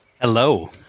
Hello